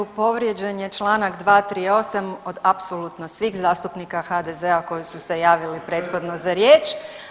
Povrijeđen je članak 238. od apsolutno svih zastupnika HDZ-a koji su se javili prethodno za riječ.